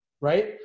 right